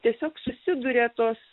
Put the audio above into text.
tiesiog susiduria tos